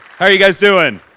how are you guys doing?